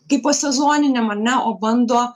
kaipo sezoninėm ar ne o bando